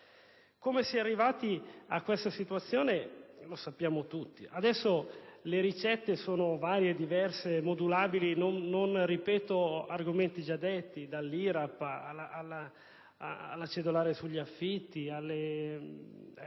Come si è arrivati a questa situazione lo sappiamo tutti. Adesso le ricette sono varie, diverse e modulabili; non ripeto gli argomenti già detti, dall'IRAP alla cedolare sugli affitti, ad